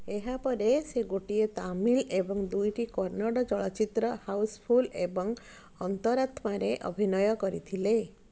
ଏହା ପରେ ସେ ଗୋଟିଏ ତାମିଲ ଏବଂ ଦୁଇଟି କନ୍ନଡ଼ ଚଳଚ୍ଚିତ୍ର ହାଉସ୍ ଫୁଲ୍ ଏବଂ ଅନ୍ତରାତ୍ମାରେ ଅଭିନୟ କରିଥିଲେ